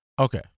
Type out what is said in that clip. Okay